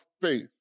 faith